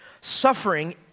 suffering